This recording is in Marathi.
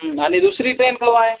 आणि दुसरी ट्रेन केव्हा आहे